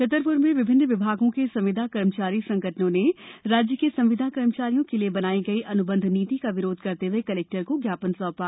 छतरपुर में विभिन्न विभागों के संविदा कर्मचारी संगठनों ने राज्य के संविदा कर्मचारियों के लिए बनाई गई अनुबंध नीति का विरोध करते हुए कलेक्टर को ज्ञापन सौंपा